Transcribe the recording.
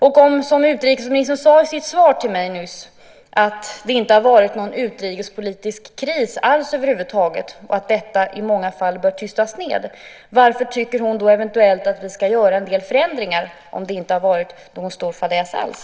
Och om, som utrikesministern sade i sitt svar till mig nyss, det inte har varit någon utrikespolitisk kris över huvud taget och att detta i många fall bör tystas ned, varför tycker hon då eventuellt att vi ska göra en del förändringar, om det inte har varit någon stor fadäs alls?